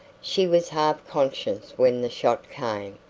she was half conscious when the shot came,